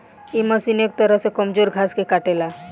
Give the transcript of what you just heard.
इ मशीन एक तरह से कमजोर घास के काटेला